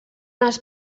els